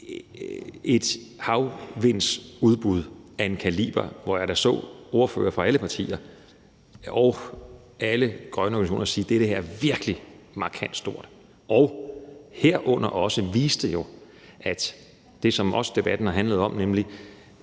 et havvindsudbud af en kaliber, hvor jeg da så ordførere fra alle partier og alle grønne organisationer sige, at det her virkelig er markant stort. Derudover viste det også, at det, som debatten har handlet om, nemlig